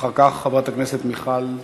אחר כך, חברת הכנסת מיכל בירן,